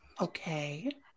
okay